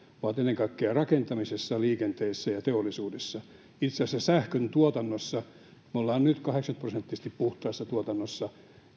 ovat ennen kaikkea rakentamisessa liikenteessä ja teollisuudessa itse asiassa sähköntuotannossa me olemme nyt kahdeksankymmentä prosenttisesti puhtaassa tuotannossa